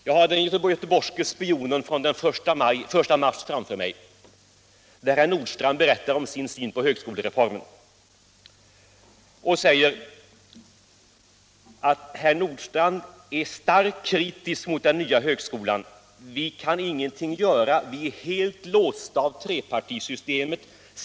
Jag har tidningen Götheborgske Spionen från den 1 mars framför mig, där herr Nordstrandh berättar om sin syn på högskolereformen och säger att han är starkt kritisk mot den nya högskolan. Men han kan ingenting göra. ”Vi är helt låsta av trepartisystemet.